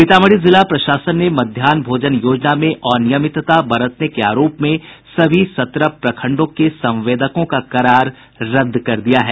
सीतामढ़ी जिला प्रशासन ने मध्याहन भोजन योजना में अनियमितता बरतने के आरोप में सभी सत्रह प्रखंडों के संवेदकों का करार रद्द कर दिया है